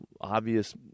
obvious